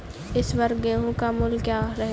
इस वर्ष गेहूँ का मूल्य क्या रहेगा?